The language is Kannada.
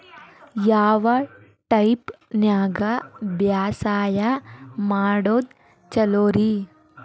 ಯಾವ ಟೈಪ್ ನ್ಯಾಗ ಬ್ಯಾಸಾಯಾ ಮಾಡೊದ್ ಛಲೋರಿ?